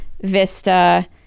Vista